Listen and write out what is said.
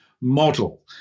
model